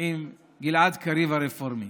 עם גלעד קריב הרפורמי?